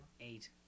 eight